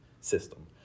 system